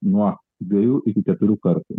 nuo dviejų iki keturių kartų